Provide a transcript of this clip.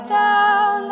down